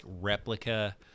Replica